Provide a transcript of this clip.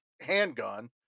handgun